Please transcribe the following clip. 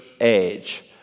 age